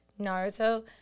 naruto